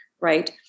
Right